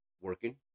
working